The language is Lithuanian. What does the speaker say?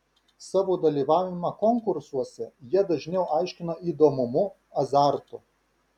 savo dalyvavimą konkursuose jie dažniau aiškina įdomumu azartu